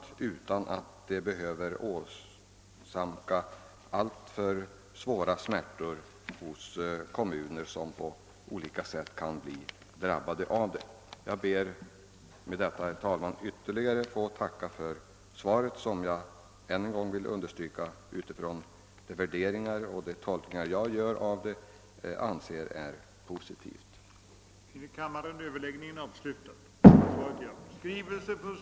Jag ber med detta, herr talman, ytterligare få tacka för svaret, som jag — det vill jag än en gång understryka — utifrån mina värderingar och de tolkningar jag gör av det finner vara positivt. Härmed får jag anhålla om ledighet från riksdagsarbetet under tiden 2—11 december 1970 för deltagande i diverse Europarådsutskotts sammanträden i Strasbourg och Paris. protokollet, dels godkänna att den nya läroplanen infördes i och med läsåret 1971/72.